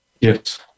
Yes